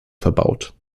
verbaut